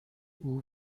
این